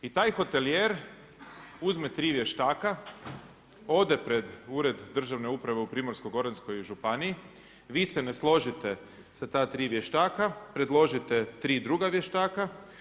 I taj hotelijer uzme 3 vještaka, ode pred ured državne uprave u Primorsko-goranskoj županiji, vi se ne složite sa ta 3 vještaka, predložite 3 druga vještaka.